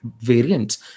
variants